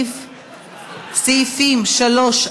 סעיפים 3,